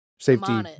safety